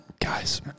Guys